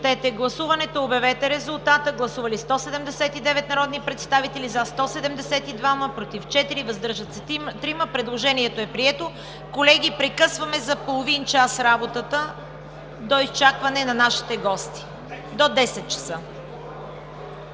гласувайте да се върне първа точка. Гласували 179 народни представители: за 172, против 4, въздържали се 3. Предложението е прието. Колеги, прекъсваме за половин час работата до изчакване на нашите гости – до 10,00 ч.